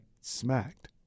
smacked